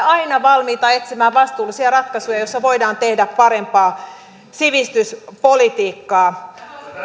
aina valmiita etsimään vastuullisia ratkaisuja joissa voidaan tehdä parempaa sivistyspolitiikkaa